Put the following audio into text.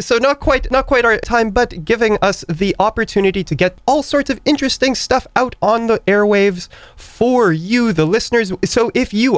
so not quite not quite our time but giving us the opportunity to get all sorts of interesting stuff out on the airwaves for you the listeners so if you